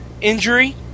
injury